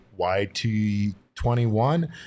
YT21